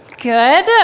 Good